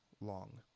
long